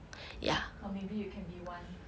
or maybe you can be one